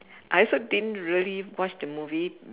I also didn't really watch the movie